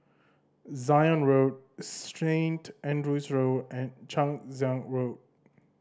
Zion Road Saint Andrew's Road and Chang Ziang Hotel